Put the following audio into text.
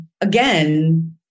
again